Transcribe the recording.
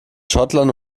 schottland